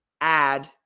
add